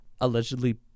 allegedly